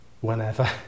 whenever